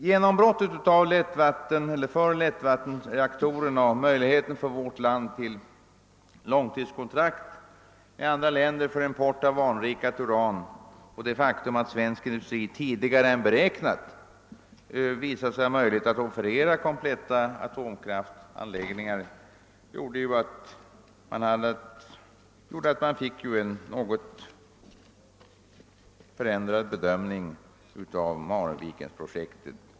Genombrottet för lättvattenreaktorerna, möjligheten för vårt land till långtidskontrakt med andra länder för import av anrikat uran och det faktum att svensk industri tidigare än beräknat visade sig ha möjlighet att offerera kompletta atomkraftsanläggningar ledde till en förändrad bedömning av Marvikenprojektet.